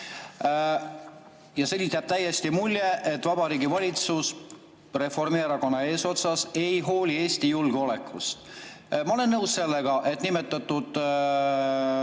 Sellest jääb täiesti mulje, et Vabariigi Valitsus, Reformierakonnaga eesotsas, ei hooli Eesti julgeolekust. Ma olen nõus sellega, et nimetatud